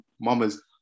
Mama's